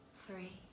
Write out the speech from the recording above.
three